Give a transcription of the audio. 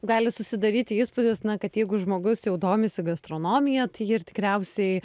gali susidaryti įspūdis na kad jeigu žmogus jau domisi gastronomija tai jį ir tikriausiai